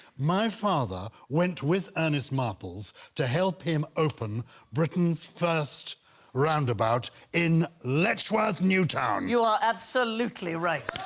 my father went with ernest marples to help him open britain's first roundabout in lechworth newtown you are absolutely right.